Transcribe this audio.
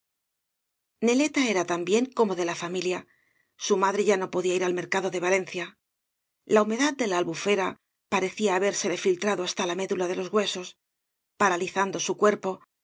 neleta era también como de la familia su madre ya no podía ir al mercado de valencia la humedad de la albufera parecía habérsele filtrado hasta la médula de los huesos paralizando su cuerpo